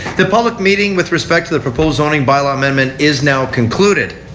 the public meeting with respect to the proposed zoning by law amendment is now concluded.